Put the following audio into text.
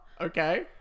Okay